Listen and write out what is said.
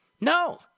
No